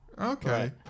Okay